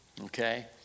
Okay